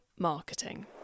Marketing